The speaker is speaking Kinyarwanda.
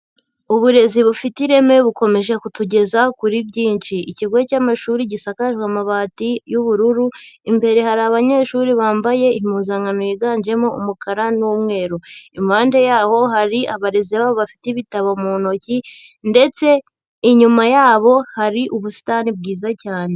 Uburezi bufite ireme bukomeje kutugeza kuri byinshi, ikigo cy'amashuri gisakajwe amabati y'ubururu, imbere hari abanyeshuri bambaye impuzankano yiganjemo umukara n'umweru, impande yaho hari abarezi bafite ibitabo mu ntoki ndetse inyuma yabo hari ubusitani bwiza cyane.